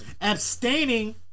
Abstaining